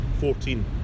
Fourteen